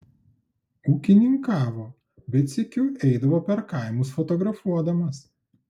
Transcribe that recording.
ūkininkavo bet sykiu eidavo per kaimus fotografuodamas